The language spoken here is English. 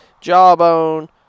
jawbone